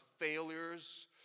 failures